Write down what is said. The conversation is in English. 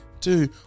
two